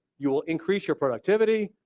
you will increase your productivity,